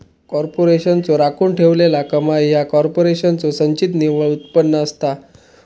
कॉर्पोरेशनचो राखून ठेवलेला कमाई ह्या कॉर्पोरेशनचो संचित निव्वळ उत्पन्न असता